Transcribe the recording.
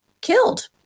killed